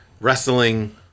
wrestling